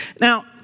Now